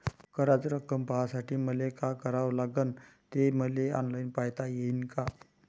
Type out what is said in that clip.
कराच रक्कम पाहासाठी मले का करावं लागन, ते मले ऑनलाईन पायता येईन का?